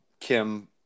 Kim